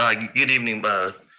ah good evening board